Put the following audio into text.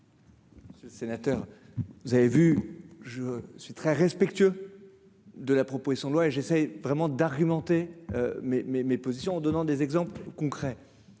Chemise. Sénateur, vous avez vu, je suis très respectueux de la proposition de loi et j'essaie vraiment d'argumenter, mais mes mes positions en donnant des exemples concrets,